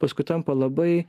paskui tampa labai